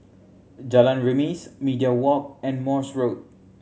Jalan Remis Media Walk and Morse Road